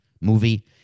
movie